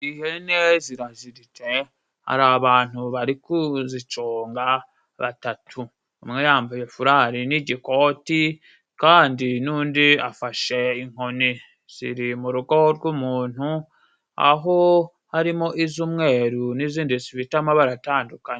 Ihene ziraziritse hari abantu bari kuzicunga batatu. Umwe yambaye fulari n'ikoti kandi n'undi afashe inkoni. Ziri mu rugo rw'umuntu, aho harimo iz'umweru n'izindi zibifite amabara atandukanye.